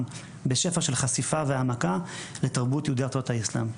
בשפע של חשיפה והעמקה לתרבות יהודי ארצות האסלם.